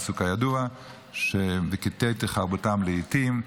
הפסוק הידוע: "וכתתו חרבותם לאתים",